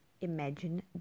imagine